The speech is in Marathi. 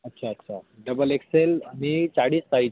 अच्छा अच्छा डबल एक्सेल आणि चाळीस साईज